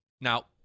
Now